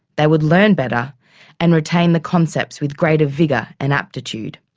they would learn better and retain the concerts with greater vigour and aptitude.